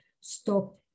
stop